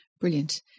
brilliant